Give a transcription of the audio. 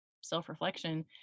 self-reflection